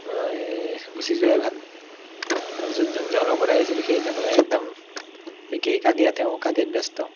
মই গুছি যোৱাই ভাল তাৰপিছত যোনজনৰ লগত আহিছিলোঁ সেইজনো একদম একেই কাজিয়া তেওঁও কাজিয়াত ব্যস্ত